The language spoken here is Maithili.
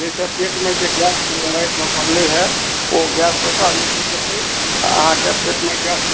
नहि तऽ पेटमे जे गैस रातिमे बनलै हैं ओ गैस ओकरा निकलि जेतै आ अहाॅंके पेटमे गैस